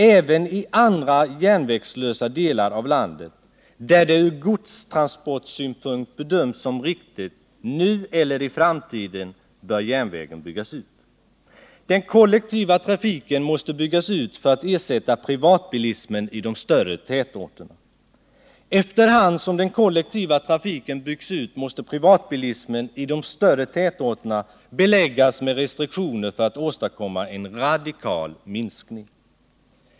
Även i andra järnvägslösa delar av landet, där det ur godstransportsynpunkt bedöms som riktigt nu eller i framtiden, bör järnvägen byggas ut. Den kollektiva trafiken måste byggas ut för att ersätta privatbilismen i de större tätorterna. Efter hand som den kollektiva trafiken byggs ut måste privatbilismen i de större tätorterna beläggas med restriktioner för att åstadkomma en radikal minskning.